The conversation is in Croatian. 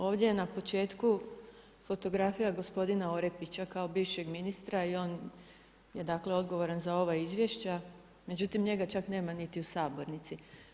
Ovdje je na početku fotografija gospodina Orepića kao bivšeg ministra i on je dakle odgovoran za ova izvješća, međutim njega čak nema niti u sabornici.